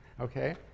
Okay